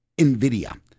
NVIDIA